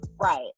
Right